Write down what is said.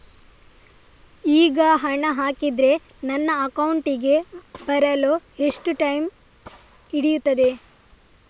ಈಗ ಹಣ ಹಾಕಿದ್ರೆ ನನ್ನ ಅಕೌಂಟಿಗೆ ಬರಲು ಎಷ್ಟು ಟೈಮ್ ಹಿಡಿಯುತ್ತೆ?